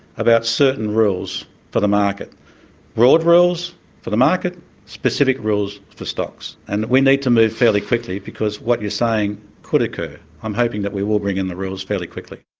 about certain rules for the market broad rules for the market specific rules for stocks. and we need to move fairly quickly, because what you're saying could occur. i'm hoping that we will bring in the rules fairly quickly.